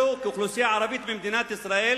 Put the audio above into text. אנחנו כאוכלוסייה הערבית במדינת ישראל